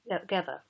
together